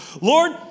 Lord